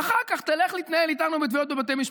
ואחר כך תלך להתנהל אחתנו בתביעות בבתי משפט.